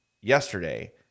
yesterday